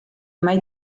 mae